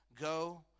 Go